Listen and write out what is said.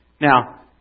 Now